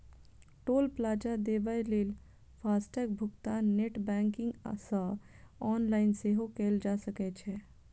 टोल plaza देबय लेल FASTag भुगतान नेट बैंकिंग सं ऑनलाइन सेहो कैल जा सकै छै